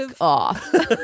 off